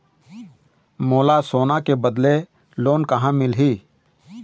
मोला सोना के बदले लोन कहां मिलही?